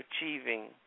achieving